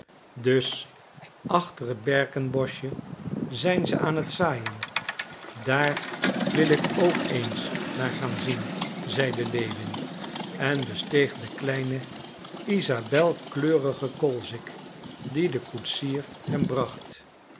dus achter het berkenboschje zijn ze aan het zaaien daar wil ik ook eens naar gaan zien zeide lewin en besteeg den kleinen isabelkleurigen kolzik dien de koetsier hem bracht